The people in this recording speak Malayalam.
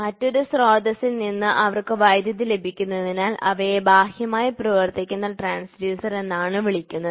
മറ്റൊരു സ്രോതസ്സിൽ നിന്ന് അവക്ക് വൈദ്യുതി ലഭിക്കുന്നതിനാൽ അവയെ ബാഹ്യമായി പ്രവർത്തിക്കുന്ന ട്രാൻസ്ഡ്യൂസർ എന്നാണ് വിളിക്കുന്നത്